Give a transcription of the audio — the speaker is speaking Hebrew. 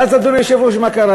ואז, אדוני היושב-ראש, מה קרה?